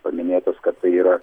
paminėtas kad tai yra